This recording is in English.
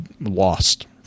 lost